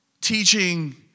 teaching